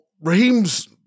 Raheem's